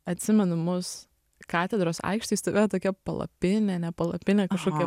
atsimenu mus katedros aikštėj stovėjo tokia palapinė ne palapinė kažkokia